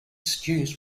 stews